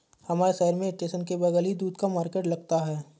हमारे शहर में स्टेशन के बगल ही दूध का मार्केट लगता है